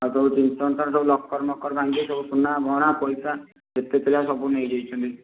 ଆଉ ଯୋଉ ଜିନିଷ ସବୁ ଲକର୍ ମକର୍ ଭାଙ୍ଗି ସୁନା ଗହଣା ପଇସା ଯେତେ ଥିଲା ସବୁ ନେଇଯାଇଛନ୍ତି